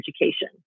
education